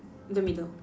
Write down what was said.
the middle